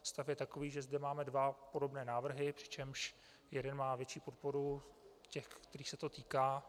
Stav je takový, že zde máme dva podobné návrhy, přičemž jeden má větší podporu těch, kterých se to týká.